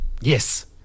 Yes